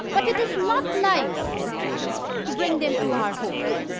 but it is not nice to bring them to ah our homes.